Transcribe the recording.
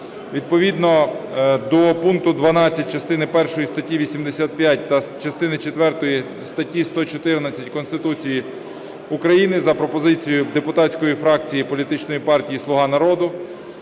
Відповідно до пункту 12 частини 1 першої статті 85 та частини четвертої статті 114 Конституції України за пропозицією депутатської фракції політичної партії "Слуга нарду",